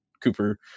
cooper